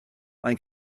mae